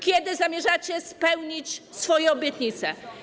Kiedy zamierzacie spełnić swoje obietnice?